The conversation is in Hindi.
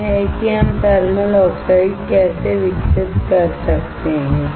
यह है कि हम थर्मल ऑक्साइड कैसे विकसित कर सकते हैं